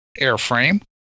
airframe